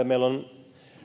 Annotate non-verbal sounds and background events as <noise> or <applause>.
<unintelligible> meillä on